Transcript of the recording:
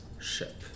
ship